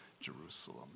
Jerusalem